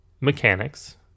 mechanics